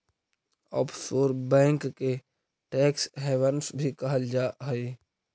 offshore bank के tax havens भी कहल जा हइ